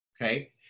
okay